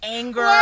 anger